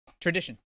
Tradition